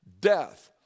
death